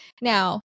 now